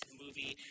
movie